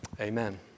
amen